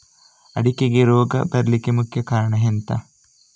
ಅಡಿಕೆಗೆ ರೋಗ ಬರ್ಲಿಕ್ಕೆ ಮುಖ್ಯ ಕಾರಣ ಎಂಥ?